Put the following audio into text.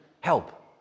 help